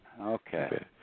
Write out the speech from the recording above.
Okay